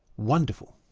wonderful.